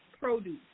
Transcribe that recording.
produce